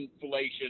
inflation